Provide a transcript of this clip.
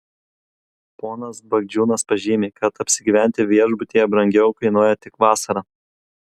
ponas bagdžiūnas pažymi kad apsigyventi viešbutyje brangiau kainuoja tik vasarą